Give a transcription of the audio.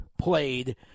played